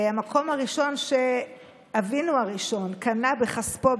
המקום הראשון שאבינו הראשון קנה בכספו,